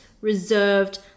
reserved